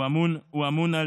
הוא אמון על